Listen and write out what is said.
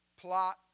plot